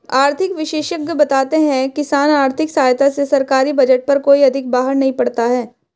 आर्थिक विशेषज्ञ बताते हैं किसान आर्थिक सहायता से सरकारी बजट पर कोई अधिक बाहर नहीं पड़ता है